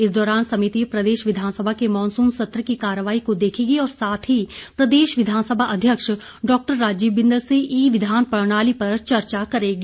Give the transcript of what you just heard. इस दौरान समिति प्रदेश विधानसभा के मॉनसून सत्र की कार्यवाही को देखेगी और साथ ही प्रदेश विधानसभा अध्यक्ष डॉक्टर राजीव बिंदल से ई विधान प्रणाली पर चर्चा करेगी